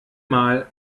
mal